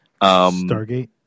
Stargate